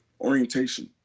orientation